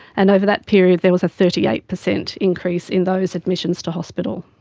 and over that period there was a thirty eight percent increase in those admissions to hospital.